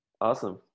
Awesome